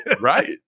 right